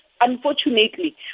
unfortunately